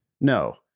No